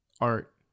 art